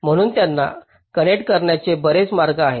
म्हणून त्यांना कनेक्ट करण्याचे बरेच मार्ग आहेत